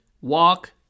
walk